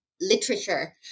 literature